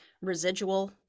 residual